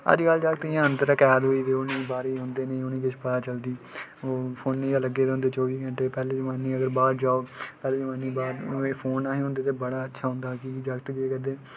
अजकल इ'यां अंदर कैद होई दे उं'दी बारी औंदी निं उ'नेंगी किश पता नीं चलदी ओह् फोनै गी गै लग्गे दे रौंह्दे चौबी घैंटे पैह्ले जमानै अगर बाह्र जाओ पैह्ले जमानै गी फोन नेईं हे होंदे ते बड़ा अच्छा होंदा की जागत केह् करदे